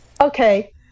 Okay